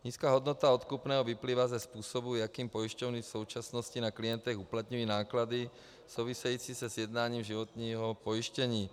Nízká hodnota odkupného vyplývá ze způsobu, jakým pojišťovny v současnosti na klientech uplatňují náklady související se sjednáním životního pojištění.